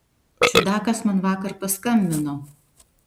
čiudakas man vakar paskambino